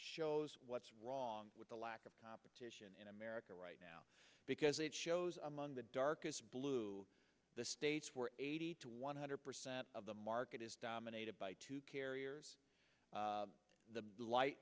shows what's wrong with the lack of competition in america right now because it shows among the darkest blue states where eighty to one hundred percent of the market is dominated by two carriers the light